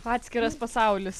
atskiras pasaulis